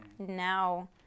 now